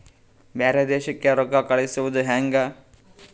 ಬ್ಯಾರೆ ದೇಶಕ್ಕೆ ರೊಕ್ಕ ಕಳಿಸುವುದು ಹ್ಯಾಂಗ?